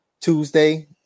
Tuesday